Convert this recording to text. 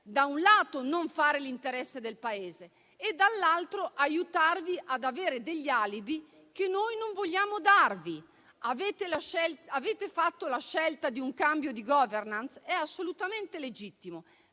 da un lato - non fare l'interesse del Paese e - dall'altro - aiutarvi ad avere degli alibi, che noi non vogliamo darvi. Avete fatto la scelta di un cambio di *governance*? È assolutamente legittimo.